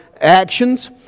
actions